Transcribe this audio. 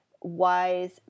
wise